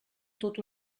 tot